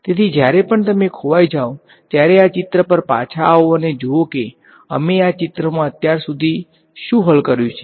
તેથી જ્યારે પણ તમે ખોવાઈ જાઓ ત્યારે આ ચિત્ર પર પાછા આવો અને જુઓ કે અમે આ ચિત્રમાં અત્યાર સુધી શું હલ કર્યું છે